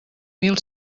mil